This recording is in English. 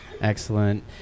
Excellent